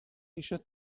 eisiau